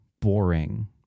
boring